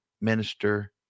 Minister